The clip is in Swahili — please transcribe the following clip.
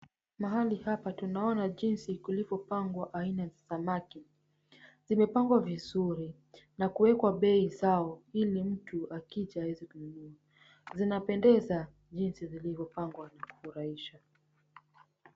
Mahali hapa tunaona jinsi kulivyopangwa aina za samaki. Zimepangwa vizuri na kuwekwa bei zao ili mtu akija aweze kununua. Zinapendeza jinsi zilivyopangwa na kufurahisha.